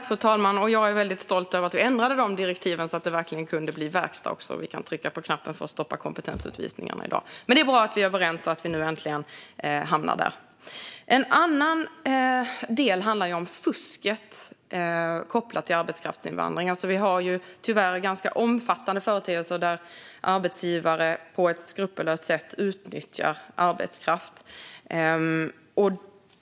Fru talman! Jag är väldigt stolt över att vi ändrade direktiven så att det kunde bli verkstad och vi kan trycka på knappen i dag för att stoppa kompetensutvisningarna. Men det är bra att vi är överens och att vi nu äntligen hamnar där. En annan del handlar om fusket kopplat till arbetskraftsinvandringen. Vi har ju den tyvärr ganska omfattande företeelsen att arbetsgivare på ett skrupelfritt sätt utnyttjar arbetskraft.